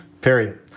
period